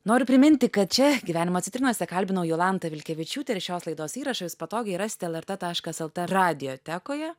noriu priminti kad čia gyvenimo citrinose kalbinau jolantą vilkevičiūtę ir šios laidos įrašą jūs patogiai rasite lrt taškas lt radiotekoje